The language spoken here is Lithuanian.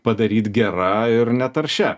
padaryt gera ir netaršia